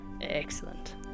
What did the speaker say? Excellent